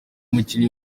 mukinyi